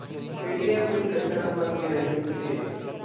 ATM pin कतका number के रही थे?